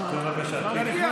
חברי הכנסת.